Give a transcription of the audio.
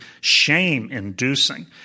shame-inducing